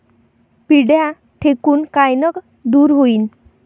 पिढ्या ढेकूण कायनं दूर होईन?